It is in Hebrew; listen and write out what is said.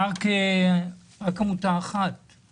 הילדה: "איני מאמינה בזבל הזה ולא להתקשר אלי שוב" וטורקת.